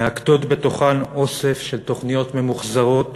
מאגדות בתוכן אוסף של תוכניות ממוחזרות